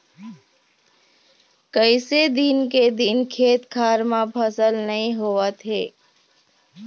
कइसे दिन के दिन खेत खार म फसल नइ होवत हे